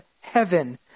heaven